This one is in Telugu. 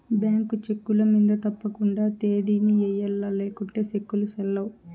బ్యేంకు చెక్కుల మింద తప్పకండా తేదీని ఎయ్యల్ల లేకుంటే సెక్కులు సెల్లవ్